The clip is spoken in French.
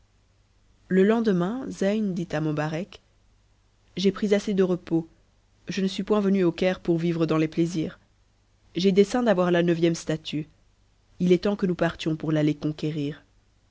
le lendemain zeyn dit à mobarec j'ai pris assez de repos je nf suis point venu au caire pour vivre dans les plaisirs j'ai dessein d'avoir ia neuvième statue il est temps que nous partions pour l'aller conquérir